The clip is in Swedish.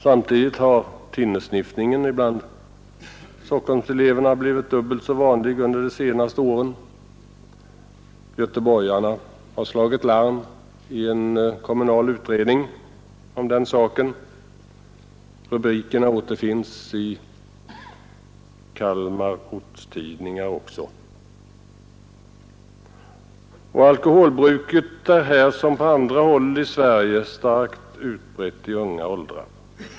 Samtidigt har thinnersniffningen bland Stockholmselverna fördubblats under de senaste åren. Göteborgarna har i en kommunal utredning slagit larm om denna sak. Rubrikerna om detta återfinns också i ortstidningarna i Kalmar. Alkoholmissbruket är på olika håll i Sverige starkt utbrett bland ungdomar i lägre åldrar.